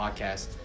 podcast